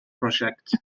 prosiect